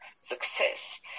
success